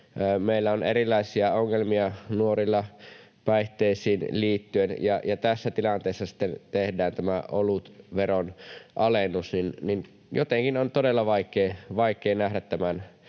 meillä on erilaisia ongelmia nuorilla päihteisiin liittyen, ja tässä tilanteessa sitten tehdään tämä olutveron alennus... Jotenkin on todella vaikea nähdä tämän